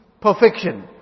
perfection